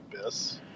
Abyss